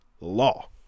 law